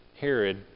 Herod